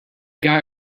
guy